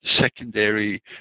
secondary